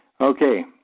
Okay